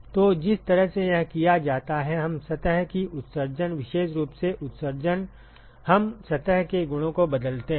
तो जिस तरह से यह किया जाता है हम सतह की उत्सर्जन विशेष रूप से उत्सर्जन हम सतह के गुणों को बदलते हैं